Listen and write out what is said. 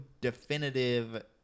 definitive